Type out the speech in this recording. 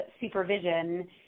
supervision